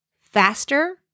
faster